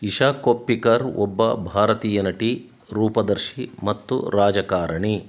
ಇಶಾ ಕೊಪ್ಪಿಕರ್ ಒಬ್ಬ ಭಾರತೀಯ ನಟಿ ರೂಪದರ್ಶಿ ಮತ್ತು ರಾಜಕಾರಣಿ